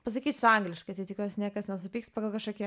pasakysiu angliškai tai tikiuosi niekas nesupyks pagal kažkokį